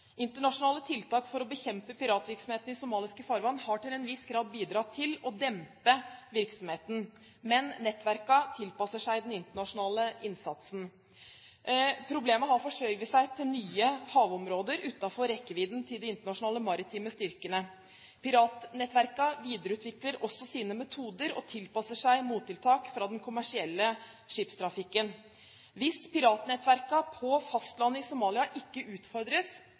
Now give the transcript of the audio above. Internasjonale tiltak for å bekjempe piratvirksomheten i somaliske farvann har til en viss grad bidratt til å dempe virksomheten. Men nettverkene tilpasser seg den internasjonale innsatsen. Problemet har forskjøvet seg til nye havområder utenfor rekkevidden til de internasjonale maritime styrkene. Piratnettverkene videreutvikler også sine metoder og tilpasser seg mottiltak fra den kommersielle skipstrafikken. Hvis piratnettverkene på fastlandet i Somalia ikke utfordres,